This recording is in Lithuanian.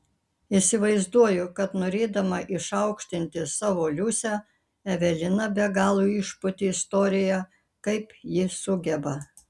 įsivaizduoju kad norėdama išaukštinti savo liusę evelina be galo išpūtė istoriją kaip ji sugeba